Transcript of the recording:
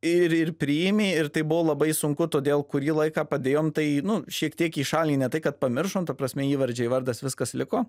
ir ir priėmė ir tai buvo labai sunku todėl kurį laiką padėjom tai nu šiek tiek į šalį ne tai kad pamiršom ta prasme įvardžiai vardas viskas liko